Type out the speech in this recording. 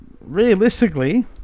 realistically